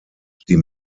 die